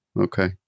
Okay